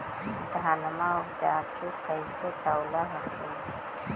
धनमा उपजाके कैसे तौलब हखिन?